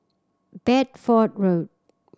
Bedford Road